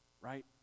right